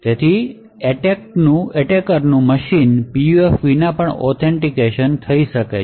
તેથી એટેકરનું machine PUF વિના ઓથેન્ટિકેટ થઈ શકે છે